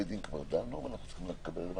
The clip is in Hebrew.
היושב-ראש ביקש להוריד את